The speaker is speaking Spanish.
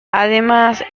además